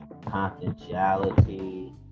confidentiality